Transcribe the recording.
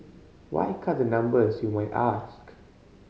why cut the numbers you might ask